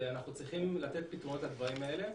אנחנו צריכים לתת פתרונות לדברים האלה.